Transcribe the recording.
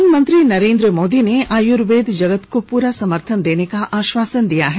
प्रधानमंत्री नरेन्द्र मोदी ने आयुर्वेद जगत को पूरा समर्थन देने का आश्वासन दिया है